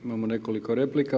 Imamo nekoliko replika.